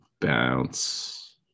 bounce